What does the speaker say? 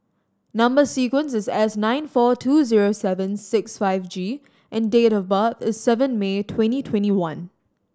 number sequence is S nine four two zero seven six five G and date of birth is seven May twenty twenty one